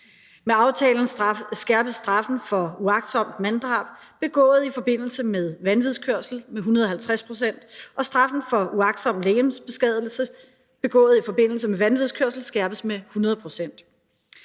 Med aftalen skærpes straffen for uagtsomt manddrab begået i forbindelse med vanvidskørsel med 150 pct., og straffen for uagtsom legemsbeskadigelse begået i forbindelse med vanvidskørsel skærpes med 100 pct.